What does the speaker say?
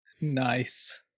Nice